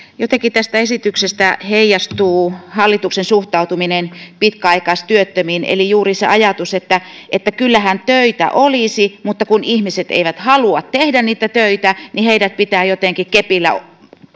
jotenkin tästä esityksestä heijastuu hallituksen suhtautuminen pitkäaikaistyöttömiin eli juuri se ajatus että että kyllähän töitä olisi mutta kun ihmiset eivät halua tehdä niitä töitä niin heidät pitää jotenkin kepillä